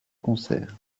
concert